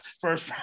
first